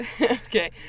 Okay